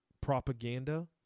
propaganda